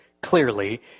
clearly